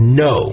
no